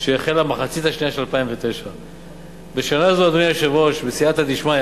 רבותי, אדוני היושב-ראש, בשנת 2010,